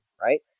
right